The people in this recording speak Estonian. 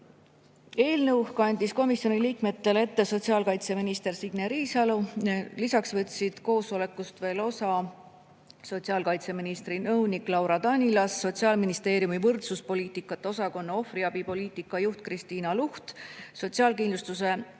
Eelnõu kandis komisjoni liikmetele ette sotsiaalkaitseminister Signe Riisalo. Lisaks võtsid koosolekust osa sotsiaalkaitseministri nõunik Laura Danilas, Sotsiaalministeeriumi võrdsuspoliitikate osakonna ohvriabi poliitika juht Kristiina Luht, Sotsiaalkindlustusameti